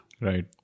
Right